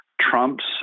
Trump's